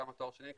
כמה תואר שני,